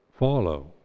follow